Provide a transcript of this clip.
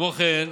כמו כן,